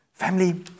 Family